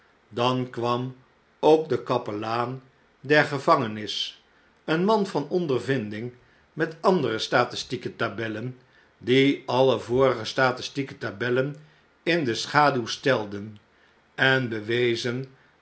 dan kwam ook de kapelaan der gevangenis een man van ondervinding met andere statistieke tabellen die alle vorige statistieke tabellen in de schaduw stelden en bewezen